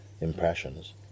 impressions